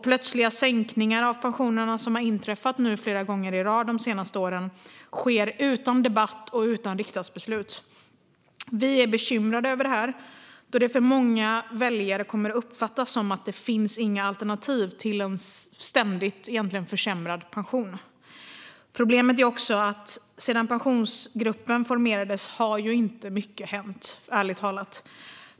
Plötsliga sänkningar av pensionerna, som har inträffat flera gånger i rad under de senaste åren, sker utan debatt och utan riksdagsbeslut. Vi är bekymrade över detta eftersom många väljare uppfattar det som att det inte finns några alternativ till en ständigt försämrad pension. Problemet är också att sedan Pensionsgruppen formerades har inte mycket hänt.